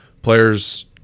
players